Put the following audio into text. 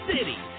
City